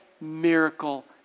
miracle